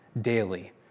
daily